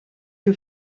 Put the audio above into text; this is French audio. que